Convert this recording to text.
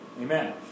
Amen